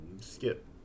skip